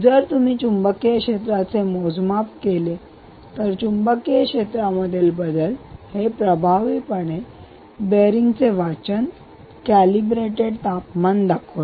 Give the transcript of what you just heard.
जर तुम्ही चुंबकीय क्षेत्राचे मोजमाप केले तर चुंबकीय क्षेत्रामधले बदल हे प्रभावीपणे बेअरींग चे वाचन कॅलिब्रेटेड तापमान दाखवते